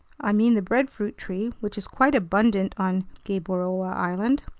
i mean the breadfruit tree, which is quite abundant on gueboroa island,